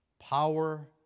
power